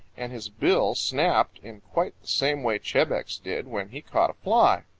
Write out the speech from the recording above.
and his bill snapped in quite the same way chebec's did when he caught a fly.